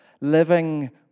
Living